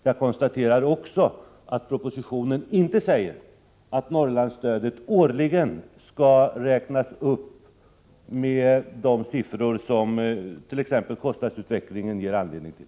Jag konstaterar också att det inte sägs i propositionen att Norrlandsstödet årligen skall räknas upp med de siffror som t.ex. kostnadsutvecklingen ger anledning till.